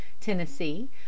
tennessee